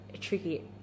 tricky